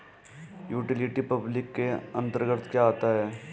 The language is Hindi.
यूटिलिटी पब्लिक के अंतर्गत क्या आता है?